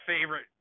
favorite